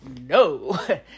No